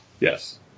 Yes